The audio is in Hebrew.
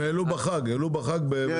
הם העלו בחג ב-30%-20%.